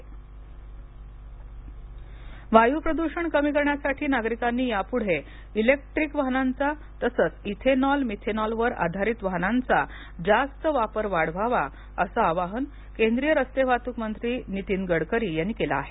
गडकरी वायू प्रदूषण कमी करण्यासाठी नागरिकांनी यापुढे इलेक्ट्रिक वाहनांचा तसच इथेनॉल मिथेनॉल वर आधारित वाहनांचा जास्त वापर वाढवावा असं आवाहन केंद्रीय रस्ते वाहतूक मंत्री नितीन गडकरी यांनी केल आहे